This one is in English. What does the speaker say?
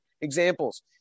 examples